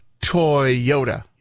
Toyota